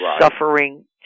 suffering